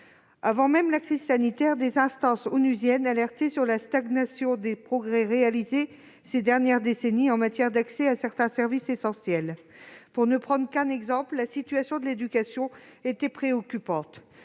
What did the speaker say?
Avant même la crise sanitaire, des instances onusiennes alertaient sur la stagnation des progrès réalisés ces dernières décennies en matière d'accès à certains services essentiels. La situation de l'éducation était ainsi préoccupante,